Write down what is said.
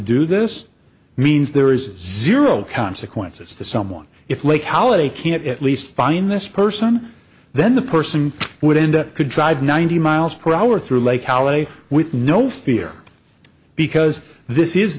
do this means there is zero consequences to someone if lake ality can't at least find this person then the person would end up could drive ninety miles per hour through lake with no fear because this is